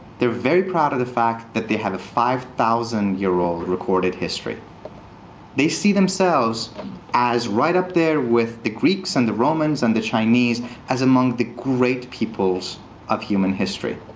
they're very proud of the fact that they have a five thousand year old recorded history they see themselves as right up there with the greeks and romans and the chinese as among the great peoples of human history.